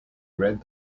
read